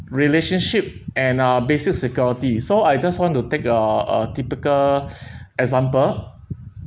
relationship and uh basic security so I just want to take uh a typical example